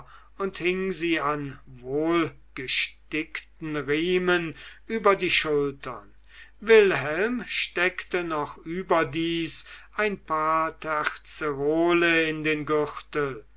und hing sie an wohlgestickten riemen über die schultern wilhelm steckte noch überdies ein paar terzerole in den gürtel